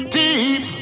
deep